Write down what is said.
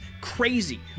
crazy